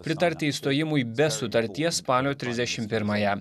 pritarti išstojimui be sutarties spalio trisdešim pirmąją